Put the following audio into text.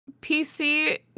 PC